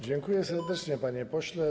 Dziękuję serdecznie, panie pośle.